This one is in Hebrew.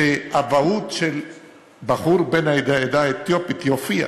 שאבהות של בחור בן העדה האתיופית תופיע